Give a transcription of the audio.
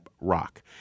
Rock